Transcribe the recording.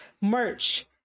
merch